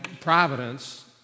providence